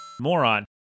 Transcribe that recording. moron